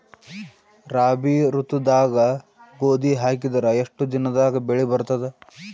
ರಾಬಿ ಋತುದಾಗ ಗೋಧಿ ಹಾಕಿದರ ಎಷ್ಟ ದಿನದಾಗ ಬೆಳಿ ಬರತದ?